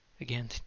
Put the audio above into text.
Again